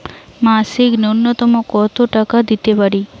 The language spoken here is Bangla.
মাসিক নূন্যতম কত টাকা দিতে পারি?